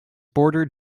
bordered